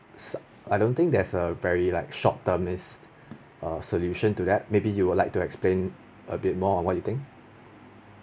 s~ I don't think there's a very like short term err solution to that maybe you would like to explain a bit more on what you think